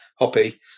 Hoppy